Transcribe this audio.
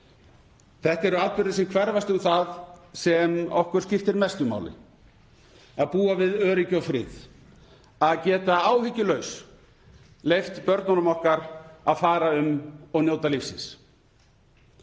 Þetta eru atburðir sem hverfast um það sem okkur skiptir mestu máli; að búa við öryggi og frið, að geta áhyggjulaus leyft börnunum okkar að fara um og njóta lífsins.